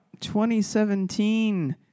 2017